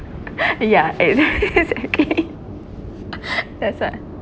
yeah eight as a kid that's right